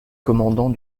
commandant